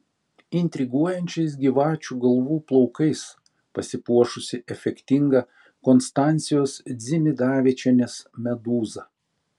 intriguojančiais gyvačių galvų plaukais pasipuošusi efektinga konstancijos dzimidavičienės medūza